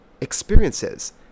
experiences